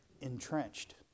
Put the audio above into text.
entrenched